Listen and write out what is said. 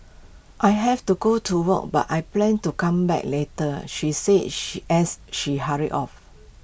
I have to go to work but I plan to come back later she said she as she hurried off